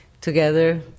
Together